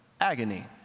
agony